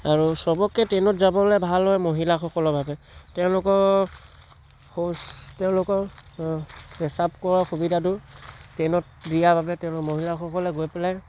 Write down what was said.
আৰু চবতকৈ ট্ৰেইনত যাবলৈ ভাল হয় মহিলাসকলৰ বাবে তেওঁলোকৰ শৌচ তেওঁলোকৰৰ পেচাব কৰা সুবিধাটো ট্ৰেইনত দিয়া বাবে মহিলাসকলে গৈ পেলাই